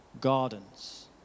gardens